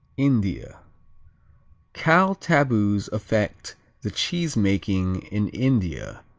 india cow taboos affect the cheesemaking in india,